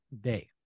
day